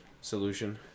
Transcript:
solution